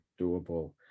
doable